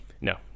no